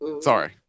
Sorry